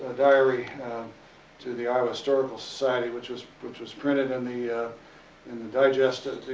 diary to the iowa historical society, which was which was printed in the in the digest